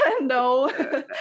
No